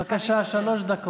בבקשה, שלוש דקות.